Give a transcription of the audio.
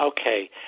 Okay